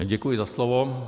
Děkuji za slovo.